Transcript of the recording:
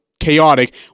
chaotic